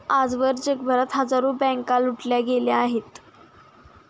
आजवर जगभरात हजारो बँका लुटल्या गेल्या आहेत